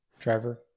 driver